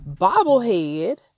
bobblehead